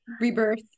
rebirth